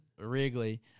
Wrigley